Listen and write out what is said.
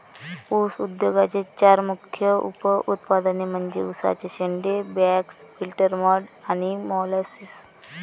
ऊस उद्योगाचे चार मुख्य उप उत्पादने म्हणजे उसाचे शेंडे, बगॅस, फिल्टर मड आणि मोलॅसिस